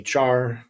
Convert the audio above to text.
HR